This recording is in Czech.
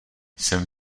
jsem